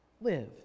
live